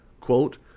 quote